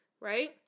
right